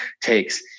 takes